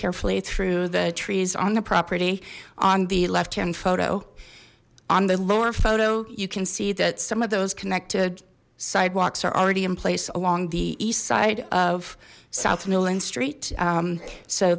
carefully through the trees on the property on the left hand photo on the lower photo you can see that some of those connected sidewalks are already in place along the east side of south newland street